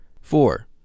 Four